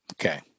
okay